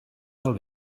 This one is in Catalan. del